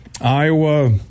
Iowa